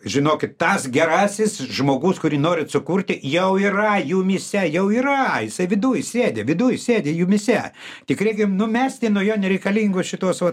žinokit tas gerasis žmogus kurį norit sukurti jau yra jumyse jau yra jisai viduj sėdi viduj sėdi jumyse tik reikia numesti nuo jo nereikalingus šituos va